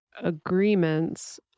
agreements